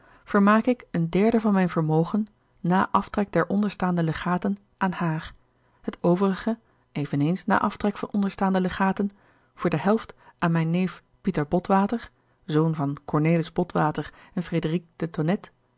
vermaak ik een derde van mijn vermogen na aftrek der onderstaande legaten aan haar het overige eveneens na aftrek van onderstaande legaten voor de helft aan mijn neef pieter botwater zoon van cornelis botwater en frederique de